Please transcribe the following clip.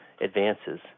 advances